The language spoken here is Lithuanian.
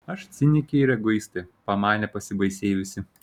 aš cinikė ir egoistė pamanė pasibaisėjusi